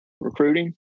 recruiting